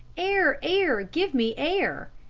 air! air! give me air!